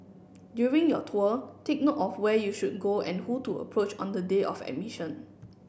during your tour take note of where you should go and who to approach on the day of admission